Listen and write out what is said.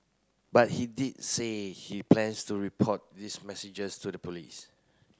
but he did say he plans to report these messages to the police